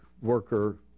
worker